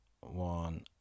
one